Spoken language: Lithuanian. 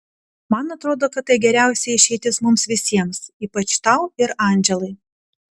man atrodo kad tai geriausia išeitis mums visiems ypač tau ir andželai